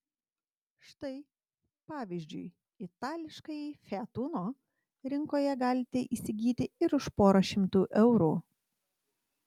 štai pavyzdžiui itališkąjį fiat uno rinkoje galite įsigyti ir už porą šimtų eurų